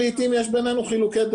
לקבל.